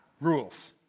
rules